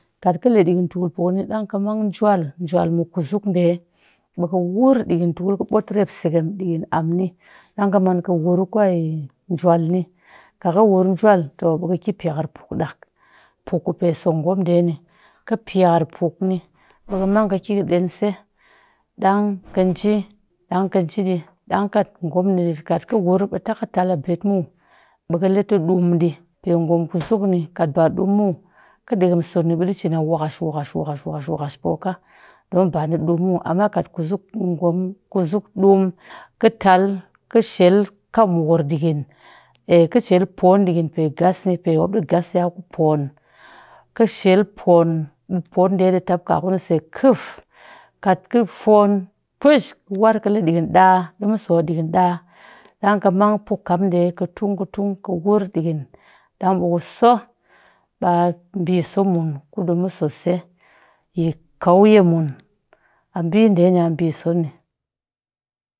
Kat kɨ le ɗikɨ tukul puk ni, ɗang kɨ mang chwall chwal mɨ kusuk ɗee ɓeɛ kɪ wur dɨkɨn tukul kɨ ɓot rep seggem ɗiikɨn amm ni ɗang kɨmang kɨ wur rep kwe chwal ni kat kɨ wur chwal to ɓe kɨki pikar puk ni ɗak. Puk ku pe sogom ɗee ni kɨ pikar puk ni ɓee kɨmang kɨ ki kɨ ɗeense ɗang kɨ nji, ɗang kɨ nji ɗi ɗang kat gom ni kat kɨ wur tap kɨ tal a ɓeet muw ɓɛ kɨ le ti ɗuum ɗii pe gom kusuk ni kat ba ɗuum muw kɨ ɗekɛɛm soni ɓɛ ɗii cin a wakash wakash wakash wakash pooka don ba ni ɗuum muw amma kat kusuk gom kusuk ɗuum kɨ tal kɨ shel kam mukur ɗiikɨn kɨ shel poon, ɗuum ngas ni pemop ɗii ngas nya ku poon, kɨ shel poon ɓee poonɗe ɗii tap ka kunise kiff kat kɨ foon kush kɨ war kɨle ɗiikɨn ɗaa, ɗii mɨso ɗiikɨn ɗaa ɗang kɨmang puk kamɗe kɨtung kɨtung kɨ wur ɗiikɨn ɗang ɓee kuso ɓaa ɓiisomu kudiimuso se yi kauyemun a ɓii ɗee nya a ɓiisoni.